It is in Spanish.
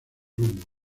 rumbo